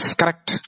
correct